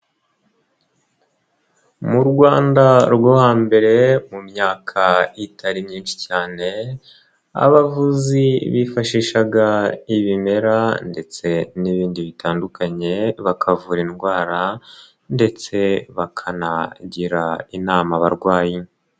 Mu Rwanda rwo hambere mu myaka itari myinshi cyane, abavuzi bifashishaga ibimera ndetse n'ibindi bitandukanye bakavura indwara ndetse bakanagira inama abarwayi.